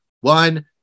one